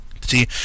See